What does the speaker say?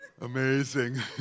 Amazing